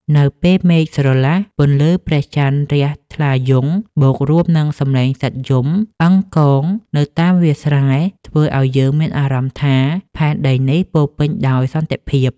នៅពេលមេឃស្រឡះ ពន្លឺព្រះច័ន្ទរះថ្លាយង់ បូករួមនឹងសំឡេងសត្វយំអឺងកងនៅតាមវាលស្រែ ធ្វើឱ្យយើងមានអារម្មណ៍ថាផែនដីនេះពោរពេញដោយសន្តិភាព។